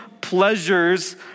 pleasures